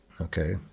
okay